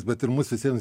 bet ir mums visiems